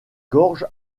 gorges